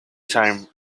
time